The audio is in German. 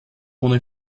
ohne